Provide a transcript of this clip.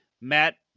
Matt